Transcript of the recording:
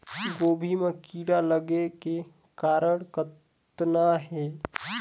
गोभी म कीड़ा लगे के कारण कतना हे?